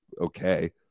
okay